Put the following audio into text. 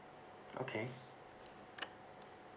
okay